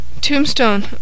tombstone